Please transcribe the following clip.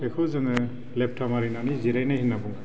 बेखौ जोङो लेबथा मारिनानै जिरायनाय होनना बुङो